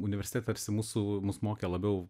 universitete tarsi mūsų mus mokė labiau